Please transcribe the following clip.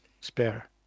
spare